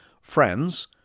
friends